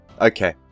Okay